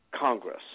Congress